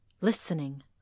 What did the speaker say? listening